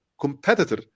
competitor